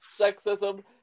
sexism